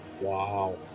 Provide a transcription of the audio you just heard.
Wow